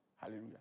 Hallelujah